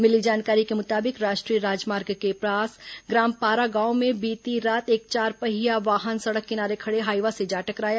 मिली जानकारी के मुताबिक राष्ट्रीय राजमार्ग के पास ग्राम पारागांव में बीती रात चारपहिया एक वाहन सड़क किनारे खड़े हाईवा से जा टकराया